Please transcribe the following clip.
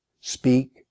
speak